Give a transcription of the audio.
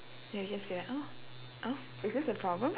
ya it gets weird oh oh is this the problem